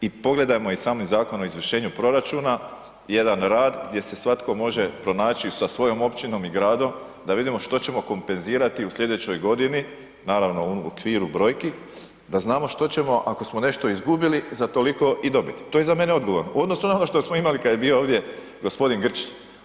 I pogledajmo iz samog Zakon o izvršenju proračuna jedan rad gdje se svatko može pronaći sa svojom općinom i gradom da vidimo što ćemo kompenzirati u sljedećoj godini, naravno u okviru brojki da znamo što ćemo ako smo nešto i izgubili za toliko i dobiti, to je za mene odgovorno u odnosu na ono što smo imali kada je bio ovdje g. Grčić.